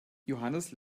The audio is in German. johannes